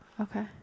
okay